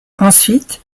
ensuite